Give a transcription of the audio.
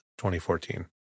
2014